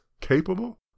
capable